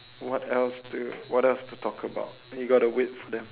what else do you what else to talk about you got to wait for them